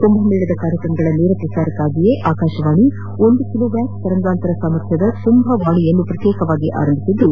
ಕುಂಭಮೇಳದ ಕಾರ್ಯಕ್ರಮಗಳ ನೇರ ಪ್ರಸಾರಕ್ಕಾಗಿಯೇ ಆಕಾಶವಾಣಿಯು ಒಂದು ಕಿಲೋ ವ್ಯಾಟ್ ತರಂಗಾಂತರ ಸಾಮರ್ಥ್ಯದ ಕುಂಭವಾಣಿಯನ್ನು ಪ್ರತ್ಯೇಕವಾಗಿ ಆರಂಭಿಸಿದ್ದು